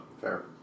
Fair